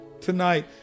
tonight